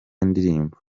ndirimbo